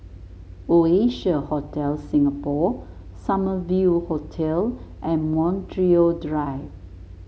Oasia Hotel Singapore Summer View Hotel and Montreal Drive